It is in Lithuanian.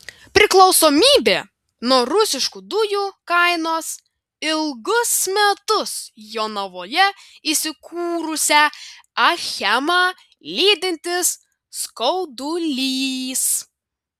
priklausomybė nuo rusiškų dujų kainos ilgus metus jonavoje įsikūrusią achemą lydintis skaudulys